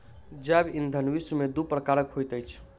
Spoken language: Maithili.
जैव ईंधन विश्व में दू प्रकारक होइत अछि